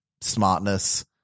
smartness